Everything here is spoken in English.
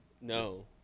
No